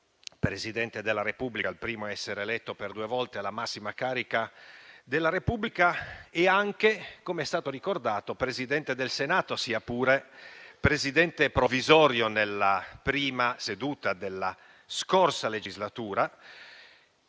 Presidente della Repubblica, il primo a essere eletto per due volte alla massima carica della Repubblica; e anche, com'è stato ricordato, Presidente del Senato, sia pure provvisorio, nella prima seduta della scorsa legislatura,